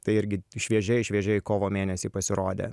tai irgi šviežiai šviežiai kovo mėnesį pasirodė